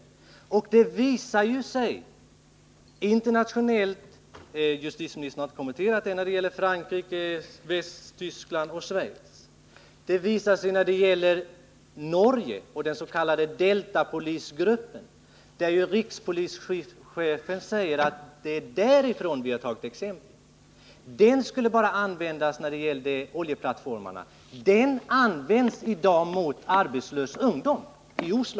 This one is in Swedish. Att så blir fallet visar sig internationellt — justitieministern har inte — qv en specialstyrka kommenterat vad som hänt i Frankrike, Västtyskland och Schweiz — och det — vid Stockholmsvisar sig i Norge genom den s.k. Deltapolisgruppen. Rikspolischefen säger — polisen att det är därifrån vi tagit exemplet. Den gruppen skulle bara användas när det gällde oljeplattformarna. Den används i dag mot arbetslös ungdom i Oslo.